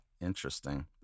Interesting